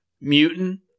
Mutant